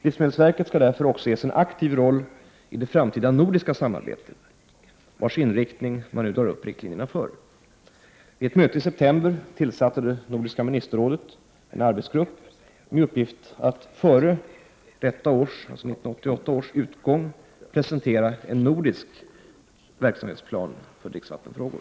Livsmedelsverket skall därför också ges en aktiv roll i det framtida nordiska samarbetet, vars inriktning man nu drar upp riktlinjerna för. Vid ett möte i september tillsatte det nordiska ministerrådet en arbetsgrupp med uppgift att före 1988 års utgång presentera en nordisk verksamhetsplan för dricksvattenfrågor.